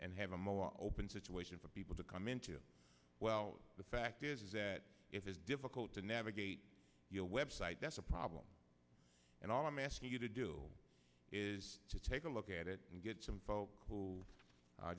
and have a more open situation for people to come into well the fact is that it is difficult to navigate a website that's a problem and all i'm asking you to do is to take a look at it and get some folks who are